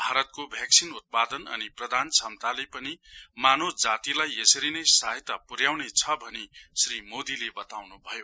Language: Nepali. भारतको बैक्सिन उत्पादन अनि प्रदान क्षमताले पनि मानव जातिलाई यसरी नै सहायता पुर्याउने छ अनि श्री मोदीले बताउँनु भयो